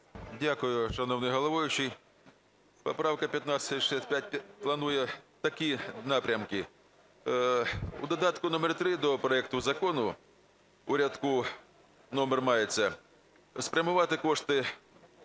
Дякую, шановний головуючий. Поправка 1565 планує такі напрямки. У додатку номер 3 до проекту закону в рядку, номер мається, спрямувати кошти,